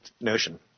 notion